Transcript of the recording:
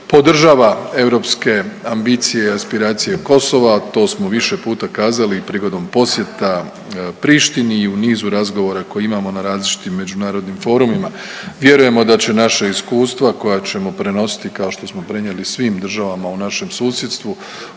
podržava europske ambicije i aspiracije Kosova. To smo više puta kazali i prigodom posjeta Prištini i u nizu razgovora koje imamo na različitim međunarodnim forumima. Vjerujemo da će naša iskustva koja ćemo prenositi kao što smo prenijeli i svim državama u našem susjedstvu